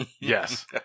yes